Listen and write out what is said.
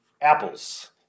apples